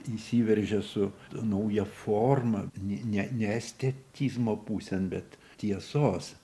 įsiveržė su nauja forma ne ne estetizmo pusėn bet tiesos